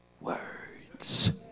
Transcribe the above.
words